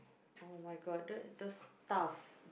[oh]-my-God those those stuff